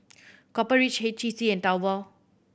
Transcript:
Copper Ridge H T C and Taobao